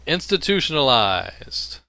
Institutionalized